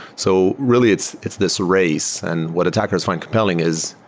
so really it's it's this race, and what attackers find compelling is,